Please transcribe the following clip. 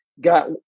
got